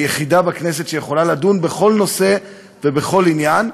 היחידה בכנסת שיכולה לדון בכל נושא ובכל עניין.